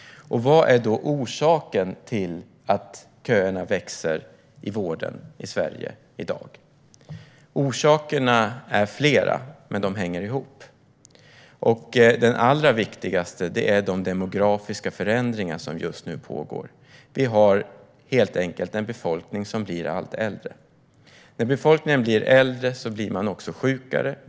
Vad är då orsaken till att vårdköerna växer i Sverige i dag? Orsakerna är flera, men de hänger ihop. Den allra viktigaste orsaken är de demografiska förändringar som just nu pågår. Vi har helt enkelt en befolkning som blir allt äldre. När befolkningen blir äldre blir den också sjukare.